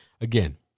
again